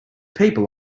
people